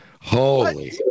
Holy